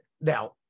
now